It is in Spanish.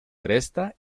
cresta